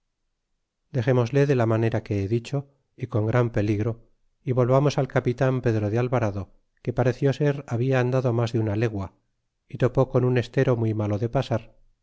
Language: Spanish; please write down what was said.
xémosle de la manera que he dicho y con gran peligro y volvamos al capitan pedro de alvarado que pareció ser habla andado mas de una legua y topó con un estero muy malo de pasar